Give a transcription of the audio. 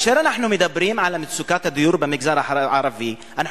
כאשר אנחנו מדברים על מצוקת הדיור במגזר הערבי אנחנו